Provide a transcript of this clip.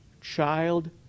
child